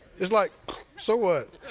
it's like, so what.